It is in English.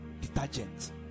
detergent